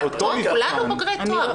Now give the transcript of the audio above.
כולנו בוגרי תואר.